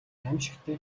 аймшигтай